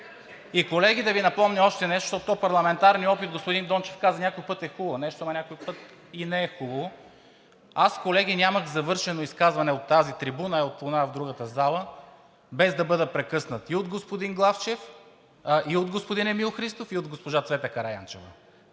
Колеги, да Ви напомня още нещо, защото то парламентарният опит, господин Дончев каза – някой път е хубаво нещо, ама някой път и не е хубаво. Аз, колеги, нямах завършено изказване не от тази трибуна, а от онази, другата зала, без да бъда прекъснат и от господин Главчев, и от господин Емил Христов, и от госпожа Цвета Караянчева